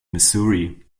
missouri